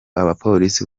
abapolisi